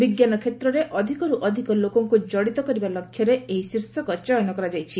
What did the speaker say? ବିଙ୍କାନ କ୍ଷେତ୍ରରେ ଅଧିକରୁ ଅଧିକ ଲୋକମାନଙ୍କୁ କଡିତ କରିବା ଲକ୍ଷ୍ୟରେ ଏହି ଶୀର୍ଷକ ଚୟନ କରାଯାଇଛି